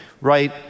right